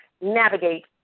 navigate